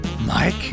Mike